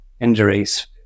injuries